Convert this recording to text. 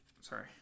Sorry